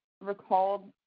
recalled